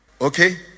okay